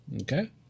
Okay